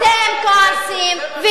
אנחנו לא כועסים עלייך,